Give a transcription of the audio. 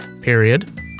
period